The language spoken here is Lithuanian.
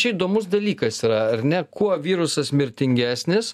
čia įdomus dalykas yra ar ne kuo virusas mirtingesnis